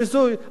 אמרנו לא.